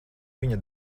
viņa